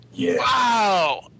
Wow